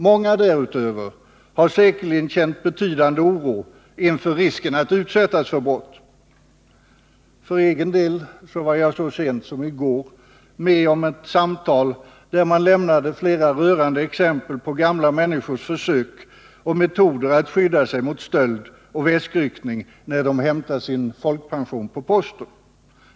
Många därutöver har säkerligen känt betydande oro inför risken för att utsättas för För egen del var jag så sent som i går med om ett samtal, där det lämnades flera rörande exempel på gamla människors försök och metoder att skydda sig mot stöld och väskryckning, när de hämtar sin folkpension på posten.